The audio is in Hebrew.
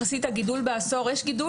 יש גידול,